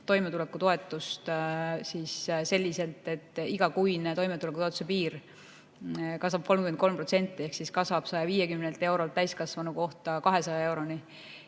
toimetulekutoetust selliselt, et igakuine toimetulekutoetuse piir tõuseb 33% ehk siis 150 eurolt täiskasvanu kohta 200 euroni